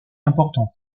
importante